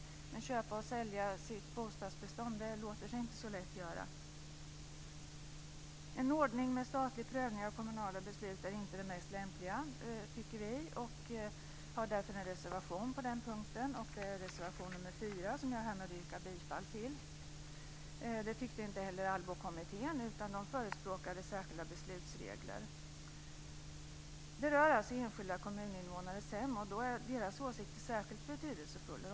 Att köpa och sälja sitt bostadsbestånd låter sig inte göra så lätt. En ordning med statlig prövning av kommunala beslut är inte det mest lämpliga, tycker vi, och vi har därför en reservation på den punkten. Det är reservation nr 4, som jag härmed yrkar bifall till. Allbokommittén tyckte inte heller att det var lämpligt utan förespråkade särskilda beslutsregler. Det rör alltså enskilda kommuninvånares hem, och då är deras åsikter särskilt betydelsefulla.